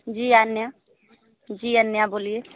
जी अन्य जी अन्य बोलिए